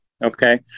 Okay